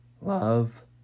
love